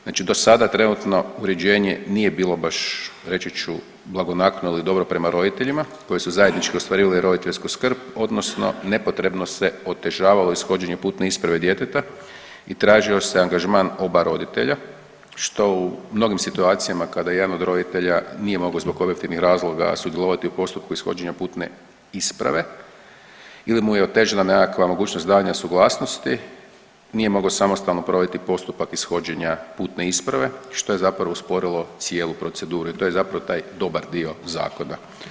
Znači do sada trenutno uređenje nije bilo baš reći ću blagonaklono ili dobro prema roditeljima koji su zajednički ostvarivali roditeljsku skrb, odnosno nepotrebno se otežavalo ishođenje putne isprave djeteta i tražio se angažman oba roditelja što u mnogim situacijama kada jedan od roditelja nije mogao zbog objektivnih razloga sudjelovati u postupku ishođenja putne isprave ili mu je otežana nekakva mogućnost davanja suglasnosti nije mogao samostalno provoditi postupak ishođenja putne isprave što je zapravo usporilo cijelu proceduru i to je zapravo taj dobar dio zakona.